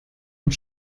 und